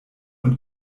und